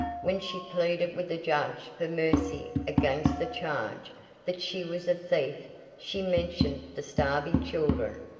when she pleaded with the judge for mercy against the charge that she was a thief she mentioned the starving children.